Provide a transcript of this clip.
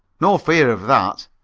no fear of that.